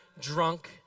drunk